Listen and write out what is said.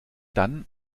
dann